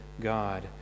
God